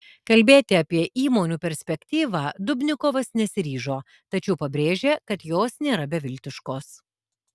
kalbėti apie įmonių perspektyvą dubnikovas nesiryžo tačiau pabrėžė kad jos nėra beviltiškos